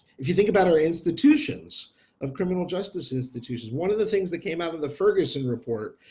if you think about our institutions of criminal justice institutions, one of the things that came out of the ferguson report,